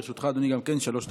גם לרשותך, אדוני, שלוש דקות.